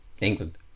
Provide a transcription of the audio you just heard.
england